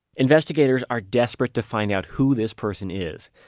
investigators are desperate to find out who this person is,